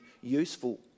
useful